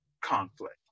conflict